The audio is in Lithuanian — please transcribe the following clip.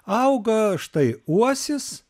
auga štai uosis